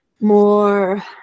more